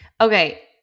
Okay